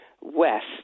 west